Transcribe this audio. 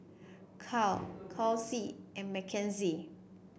Cal Chauncey and Makenzie